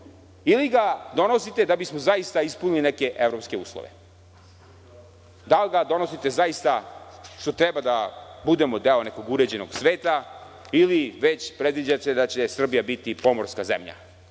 ili ga donosite da bismo zaista ispunili neke evropske uslove? Da li ga donosite zaista što treba da budemo deo nekog uređenog sveta, ili već predviđate da će Srbija biti pomorska zemlja